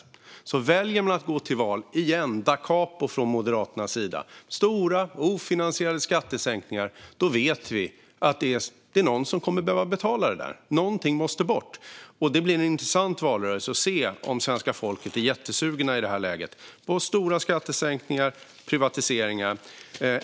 Om man väljer att gå till val igen, da capo, från Moderaternas sida med stora och ofinansierade skattesänkningar vet vi att det är någon som kommer att behöva betala det där. Någonting måste bort. Det blir en intressant valrörelse där vi får se om svenska folket i det här läget är jättesugna på stora skattesänkningar och privatiseringar.